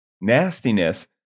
nastiness